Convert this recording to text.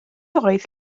oedd